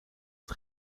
het